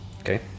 Okay